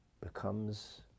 becomes